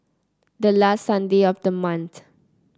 the last Sunday of the month